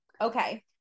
Okay